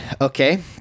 Okay